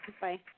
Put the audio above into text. Bye